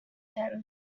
him